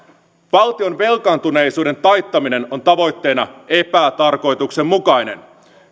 valtion velkaantuneisuuden taittaminen on tavoitteena epätarkoituksenmukainen